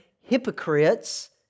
hypocrites